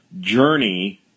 journey